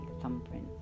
thumbprint